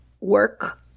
work